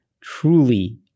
truly